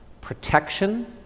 protection